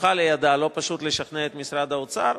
כרוכה בה, לא פשוט לשכנע את משרד האוצר.